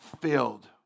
filled